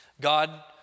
God